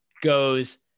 goes